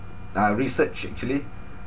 uh research actually